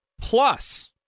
plus